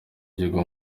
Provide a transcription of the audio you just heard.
gihugu